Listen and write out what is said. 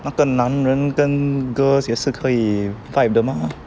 那个男人跟 girls 也是可以 vibe 的嘛